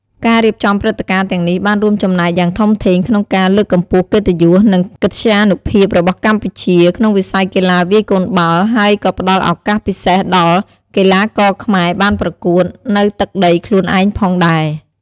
ការរៀបចំព្រឹត្តិការណ៍ទាំងនេះបានរួមចំណែកយ៉ាងធំធេងក្នុងការ លើកកម្ពស់កិត្តិយស និងកិត្យានុភាពរបស់កម្ពុជា ក្នុងវិស័យកីឡាវាយកូនបាល់ ហើយក៏ផ្តល់ឱកាសពិសេសដល់កីឡាករខ្មែរបានប្រកួតនៅទឹកដីខ្លួនឯងផងដែរ។